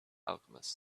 alchemist